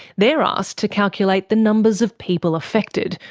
they're asked to calculate the numbers of people affected,